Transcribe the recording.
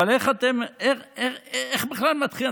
אבל איך בכלל מתחילים?